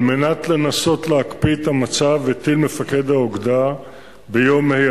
על מנת לנסות להקפיא את המצב הטיל מפקד האוגדה ביום ה',